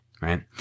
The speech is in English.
right